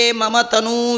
mamatanu